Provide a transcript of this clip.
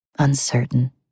uncertain